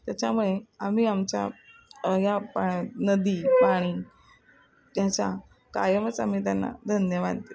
त्याच्यामुळे आम्ही आमच्या या नदी पाणी त्याचा कायमच आम्ही त्यांना धन्यवाद देत